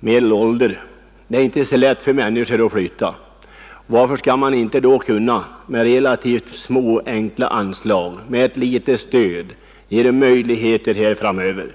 medelålder, och det är inte lätt för dessa människor att flytta. Varför skall man inte då kunna med relativt små anslag ge dem en god hjälp?